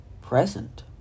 present